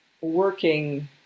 working